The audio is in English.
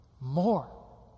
more